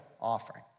offering